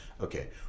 okay